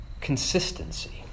Consistency